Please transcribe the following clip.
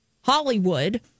Hollywood